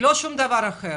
לא לדבר אחר.